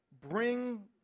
Bring